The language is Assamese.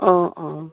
অঁ অঁ